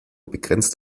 begrenzt